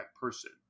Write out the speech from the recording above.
person